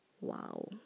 wow